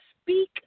speak